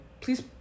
Please